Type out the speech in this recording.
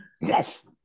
Yes